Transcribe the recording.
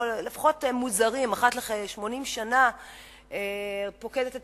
או לפחות מוזהרים: אחת ל-80 שנה פוקדת את